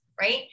right